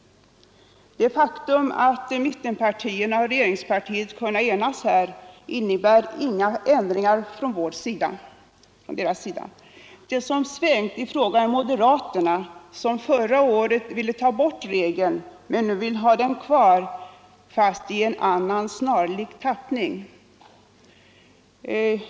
Det faktum att mittenpartierna och regeringspartiet kunnat enas här innebär inga ändringar från deras sida. De som svängt i frågan är moderaterna, som förra året ville ta bort regeln men nu vill ha den kvar, fastän i en annan, snarlik tappning.